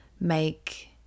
make